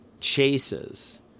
chases